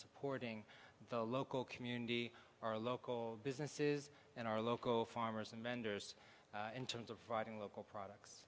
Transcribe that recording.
supporting the local community our local businesses and our local farmers and vendors in terms of fighting local products